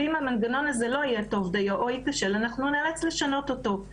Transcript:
ואם המנגנון הזה לא יהיה טוב דיו או ייכשל אנחנו נאלץ לשנות אותו.